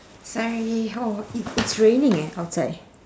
sorry oh i~ it's raining eh outside